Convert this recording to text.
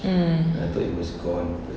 mm